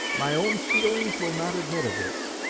my own feelings will not admit of this